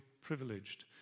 privileged